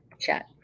chat